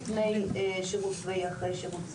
שלפני או אחרי שירות צבאי,